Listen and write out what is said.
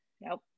nope